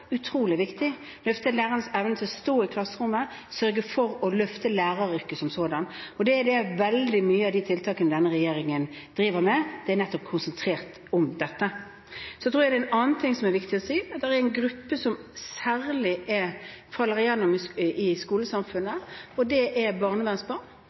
utrolig viktig, løfte lærernes evne til å stå i klasserommet, sørge for å løfte læreryrket som sådant. Veldig mange av de tiltakene denne regjeringen driver med, er nettopp konsentrert om dette. En annen ting jeg tror det er viktig å si, er at det er særlig én gruppe som faller gjennom i skolesamfunnet, og det er barnevernsbarn. Det er bare en tredjedel av barnevernsbarna i